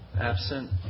Absent